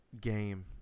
game